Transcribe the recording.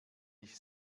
ich